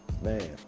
Man